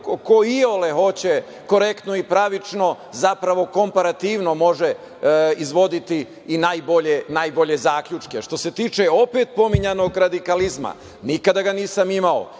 ko iole hoće korektno i pravično, zapravo komparativno može izvoditi i najbolje zaključke. Što se tiče opet pominjanog radikalizma, nikada ga nisam imao.